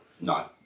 No